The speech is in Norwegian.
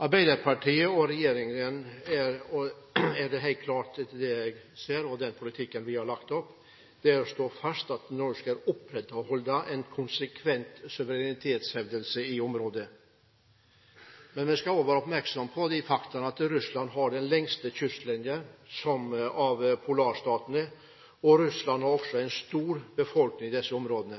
og regjeringens politikk er helt klar – etter det jeg ser. Den politikken vi har lagt opp til, er å slå fast at Norge skal opprettholde en konsekvent suverenitetshevdelse i området. Men vi skal også være oppmerksom på det faktum at Russland har den lengste kystlinjen av polarstatene. Russland har også en stor befolkning i disse områdene.